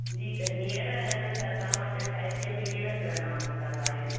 जी त हींअर अन छा तव्हां वटि साहित्य मेंं कहिड़ा कहिड़ा नवां किताब आया आहिनि